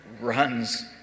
runs